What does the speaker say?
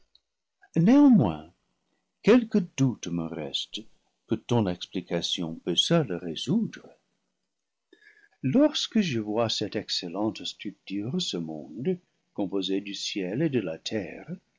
néanmoins quelque doute me reste que ton explication peut seule résoudre lorsque je vois celte excellente structure ce monde com posé du ciel et de la terre